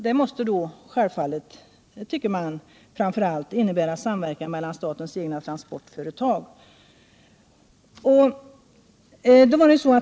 Det måste självfallet, tycker jag, innebära samverkan mellan statens egna transportföretag.